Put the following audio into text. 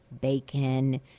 bacon